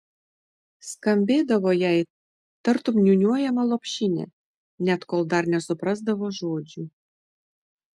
skambėdavo jai tartum niūniuojama lopšinė net kol dar nesuprasdavo žodžių